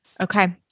Okay